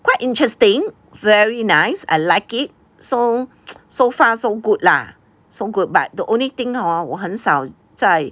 quite interesting very nice I like it so so far so good lah so good but the only thing hor 我很少在